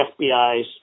FBI's